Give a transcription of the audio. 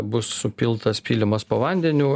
bus supiltas pylimas po vandeniu